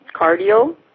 cardio